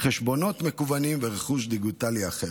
חשבונות מקוונים ורכוש דיגיטלי אחר.